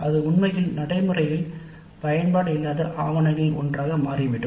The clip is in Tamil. அது உண்மையில் நடைமுறை பயன்பாடு இல்லாத ஆவணங்களில் ஒன்றாக மாறிவிடும்